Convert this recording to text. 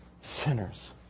sinners